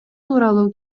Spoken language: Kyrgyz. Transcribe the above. тууралуу